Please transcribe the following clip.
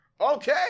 Okay